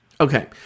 Okay